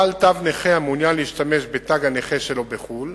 בעל תו נכה המעוניין להשתמש בתג הנכה שלו בחו"ל